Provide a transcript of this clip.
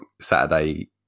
Saturday